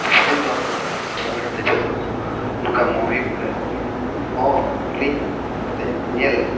ᱟᱹᱞᱤᱧ ᱫᱚ ᱥᱟᱫᱚᱢ ᱨᱮ ᱫᱮᱡᱚᱜ ᱫᱚ ᱱᱚᱝᱠᱟ ᱢᱩᱵᱷᱤ ᱠᱚᱨᱮ ᱦᱚᱸᱞᱤᱧ ᱧᱮᱞ ᱞᱮᱜᱼᱟ